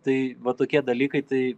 tai va tokie dalykai tai